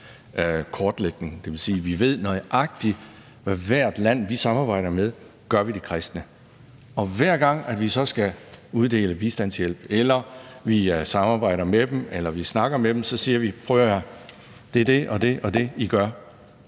bruges, og det vil sige, at vi ved nøjagtigt, hvad hvert land, vi samarbejder med, gør ved de kristne. Hver gang vi så skal uddele bistandshjælp eller vi samarbejder med dem eller vi snakker med dem, siger vi, at det er det og det, I gør